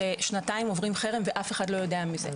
ששנתיים עוברים חרם ואף אחד לא יודע מזה.